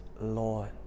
Lord